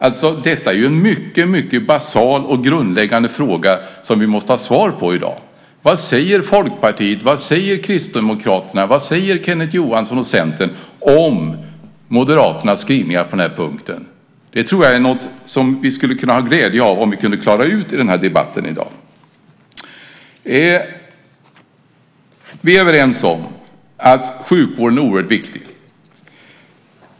Detta är en mycket grundläggande fråga som vi måste ha svar på i dag. Vad säger Folkpartiet, vad säger Kristdemokraterna, vad säger Kenneth Johansson och Centern om Moderaternas skrivningar på den här punkten? Det är något som jag tror att vi skulle ha glädje av att klara ut i debatten i dag. Vi är överens om att sjukvården är oerhört viktig.